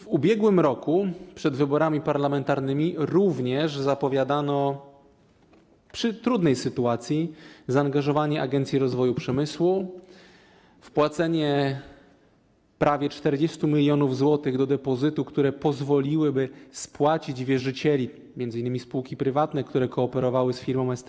W ubiegłym roku przed wyborami parlamentarnymi również zapowiadano przy trudnej sytuacji zaangażowanie Agencji Rozwoju Przemysłu, wpłacenie prawie 40 mln zł do depozytu, które pozwoliłyby spłacić wierzycieli, m.in. spółki prywatne, które kooperowały z firmą ST3.